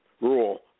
rule